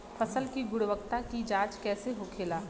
फसल की गुणवत्ता की जांच कैसे होखेला?